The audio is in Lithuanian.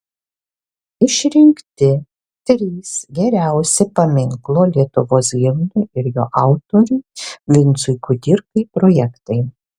išrinkti trys geriausi paminklo lietuvos himnui ir jo autoriui vincui kudirkai projektai